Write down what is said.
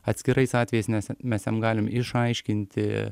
atskirais atvejais nes mes jam galim išaiškinti